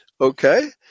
Okay